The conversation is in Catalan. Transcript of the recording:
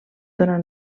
donar